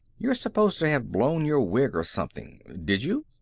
you're supposed to have blown your wig or something. did you?